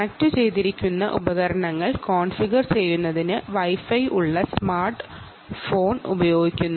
കണക്റ്റുചെയ്തിരിക്കുന്ന ഉപകരണങ്ങൾ കോൺഫിഗർ ചെയ്യുന്നതിന് വൈഫൈയിൽ വർക്ക് ചെയ്യുന്ന ഒരു സ്മാർട്ട് ഫോൺ വേണ്ടി വരുന്നു